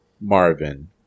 Marvin